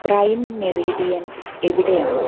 prime meridian എവിടെയാണ്